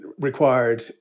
required